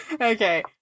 Okay